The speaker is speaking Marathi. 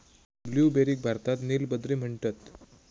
ब्लूबेरीक भारतात नील बद्री म्हणतत